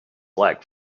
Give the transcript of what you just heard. lack